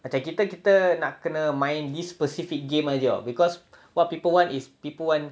macm kita kita nak kena main this specific game jer [tau] because what people want is people want